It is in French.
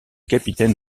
capitaine